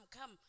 come